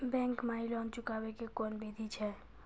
Bank माई loan चुकाबे के कोन बिधि छै?